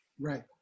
Right